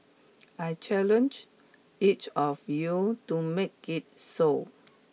I challenge each of you to make it so